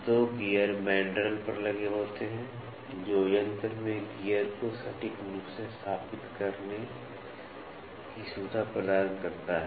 2 gear mandrel पर लगे होते हैं जो यंत्र में गियर को सटीक रूप से स्थापति करने की सुविधा प्रदान करता है